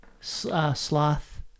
sloth